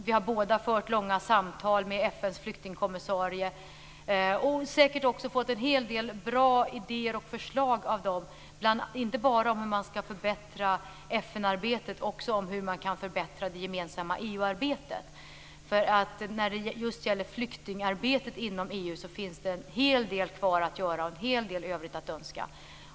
Vi har båda fört långa samtal med FN:s flyktingkommissarie och fått en hel del bra idéer och förslag därifrån, inte bara om hur man skall förbättra FN-arbetet utan också om hur man kan förbättra det gemensamma EU-arbetet. Det finns en hel del kvar att göra när det gäller flyktingarbetet inom EU. Där finns en hel del övrigt att önska.